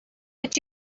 did